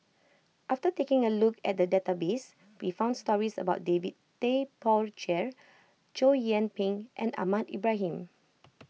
after taking a look at the database we found stories about David Tay Poey Cher Chow Yian Ping and Ahmad Ibrahim